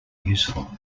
useful